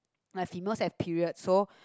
my female is at period so